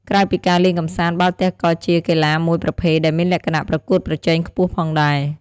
ក្រៅពីការលេងកម្សាន្ត បាល់ទះក៏ជាកីឡាមួយប្រភេទដែលមានលក្ខណៈប្រកួតប្រជែងខ្ពស់ផងដែរ។